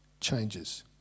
changes